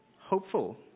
Hopeful